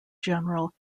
general